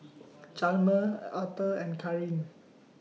Chalmer Auther and Karin